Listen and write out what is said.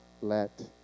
let